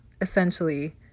essentially